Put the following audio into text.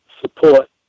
support